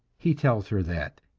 he tells her that,